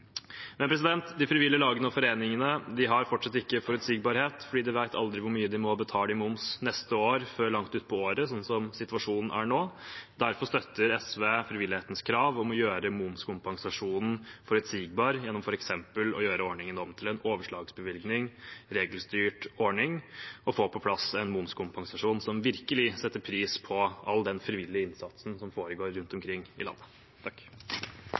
De frivillige lagene og foreningene har fortsatt ikke forutsigbarhet, for de vet ikke hvor mye de må betale i moms neste år før langt utpå året, sånn situasjonen er nå. Derfor støtter SV frivillighetens krav om å gjøre momskompensasjonen forutsigbar, gjennom f.eks. å gjøre ordningen om til en overslagsbevilgning, en regelstyrt ordning, og få på plass en momskompensasjon som virkelig setter pris på all den frivillige innsatsen som foregår rundt omkring i landet.